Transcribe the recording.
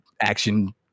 action